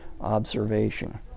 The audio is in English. observation